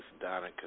Donna